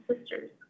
sisters